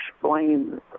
explain